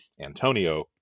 Antonio